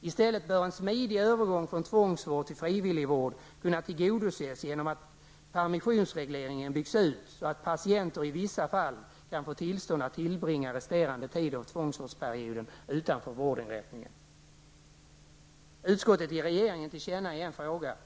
I stället bör en smidig övergång från tvångsvård till frivillig vård kunna tillgodoses genom att permissionsregleringen byggs ut, så att patienter i vissa fall kan få tillstånd att tillbringa resterande tid av tvångsvårdsperioden utanför vårdinrättningen. Utskottet gör ett tillkännagivande till regeringen.